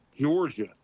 Georgia